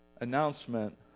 announcement